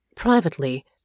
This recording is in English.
Privately